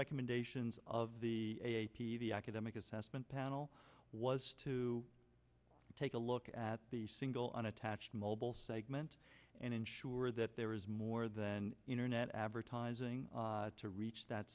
recommendations of the academic assessment panel was to take a look at the single unattached mobile segment and ensure that there is more then internet advertising to reach that